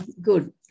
good